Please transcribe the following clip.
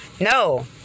No